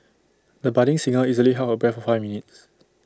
the budding singer easily held her breath for five minutes